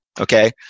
okay